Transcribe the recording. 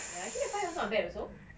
ya actually the pie also not bad also